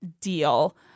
deal